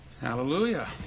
Hallelujah